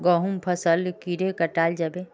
गहुम फसल कीड़े कटाल जाबे?